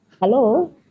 hello